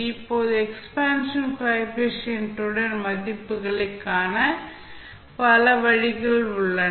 இப்போது expansion coefficient ன் மதிப்புகளை காண பல வழிகள் உள்ளன